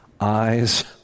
eyes